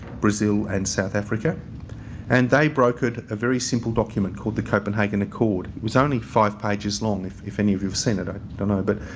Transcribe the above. brazil and south africa and they brokered a very simple document called, the copenhagen accord. it was only five pages long. if if any of you have seen it i don't know. but,